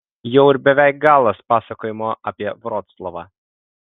jau ir beveik galas pasakojimo apie vroclavą